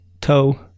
toe